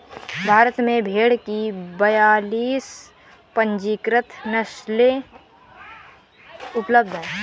भारत में भेड़ की बयालीस पंजीकृत नस्लें उपलब्ध हैं